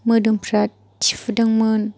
मोदोमफ्रा थिफुदोंमोन